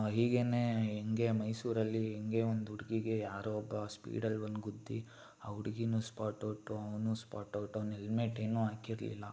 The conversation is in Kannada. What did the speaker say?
ಹೀಗೇ ಹಿಂಗೆ ಮೈಸೂರಲ್ಲಿ ಹಿಂಗೆ ಒಂದುಡುಗಿಗೆ ಯಾರೋ ಒಬ್ಬ ಸ್ಪೀಡಲ್ಲಿ ಬಂದು ಗುದ್ದಿ ಆ ಹುಡ್ಗಿನೂ ಸ್ಪಾಟ್ ಔಟು ಅವನೂ ಸ್ಪಾಟ್ ಔಟು ಅವ್ನು ಹೆಲ್ಮೆಟ್ ಏನೂ ಹಾಕಿರ್ಲಿಲ್ಲ